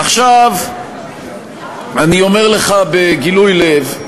עכשיו אני אומר לך בגילוי לב,